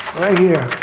right here.